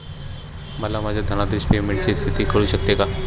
मला माझ्या धनादेश पेमेंटची स्थिती कळू शकते का?